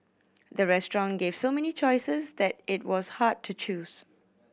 the restaurant gave so many choices that it was hard to choose